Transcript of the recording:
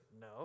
no